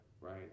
Right